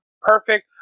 perfect